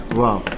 wow